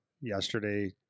yesterday